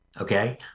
okay